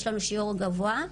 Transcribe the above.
יש לנו שיעור גבוה.